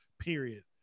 period